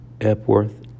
Epworth